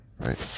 right